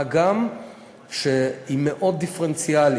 מה גם שהיא מאוד דיפרנציאלית.